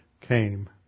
came